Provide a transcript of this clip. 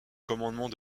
commandement